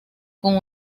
con